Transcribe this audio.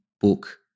book